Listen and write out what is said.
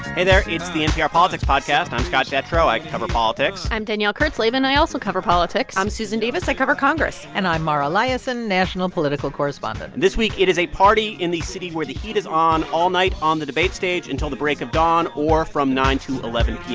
hey there. it's the npr politics podcast. i'm scott detrow. i cover politics i'm danielle kurtzleben. i also cover politics i'm susan davis. i cover congress and i'm mara liasson, national political correspondent this week, it is a party in the city where the heat is on all night on the debate stage until the break of dawn or from nine to eleven p m.